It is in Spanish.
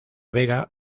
vega